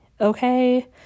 okay